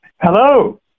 Hello